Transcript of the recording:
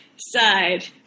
side